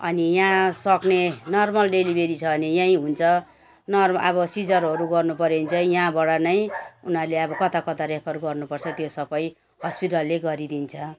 अनि यहाँ सक्ने नर्मल डेलिभरी छ भने यहीँ हुन्छ नर अब सिजरहरू गर्नुपर्यो भने चाहिँ यहाँबाट नै उनीहरूले अब कताकता रेफर गर्नुपर्छ त्यो सबै हस्पिटलले गरिदिन्छ